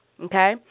okay